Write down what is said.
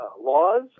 laws